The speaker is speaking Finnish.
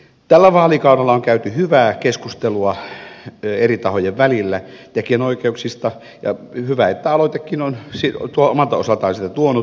tällä vaalikaudella on käyty hyvää keskustelua eri tahojen välillä tekijänoikeuksista ja hyvä että aloitekin on omalta osaltaan sitä tuonut